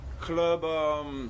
club